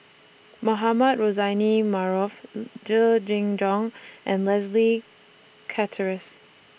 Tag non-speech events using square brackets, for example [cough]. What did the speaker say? Mohamed Rozani Maarof [unintelligible] Jenn Jong and Leslie Charteris